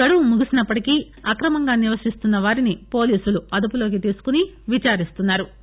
గడువు ముగిసినా అక్రమంగా నివశిస్తున్న వారిని పోలీసులు అదుపులోకి తీసుకుని విచారిస్తున్నా రు